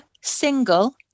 single